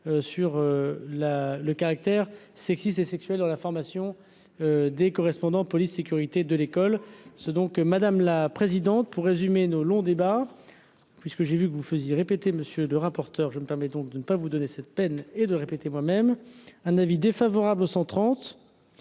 sur la le caractère sexiste et sexuel dans la formation des correspondants police-sécurité de l'école ce donc madame la présidente, pour résumer nos longs débats puisque j'ai vu que vous faisiez répéter Monsieur de rapporteur je me permets donc de ne pas vous donner cette peine et de répéter moi-même un avis défavorable au 130